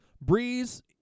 breeze